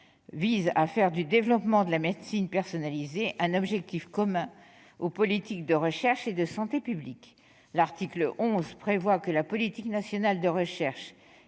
à faire du développement de la médecine personnalisée un objectif commun aux politiques de recherche et de santé publique. L'article 11 prévoit que la politique nationale de recherche